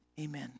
Amen